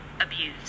abused